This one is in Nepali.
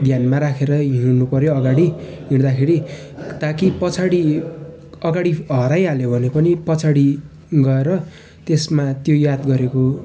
ध्यानमा राखेरै हिँड्नुपर्यो अगाडि हिँड्दाखेरि ताकि पछाडि अगाडि हराइहालियो भने पनि पछाडि गएर त्यसमा त्यो याद गरेको